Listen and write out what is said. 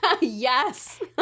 Yes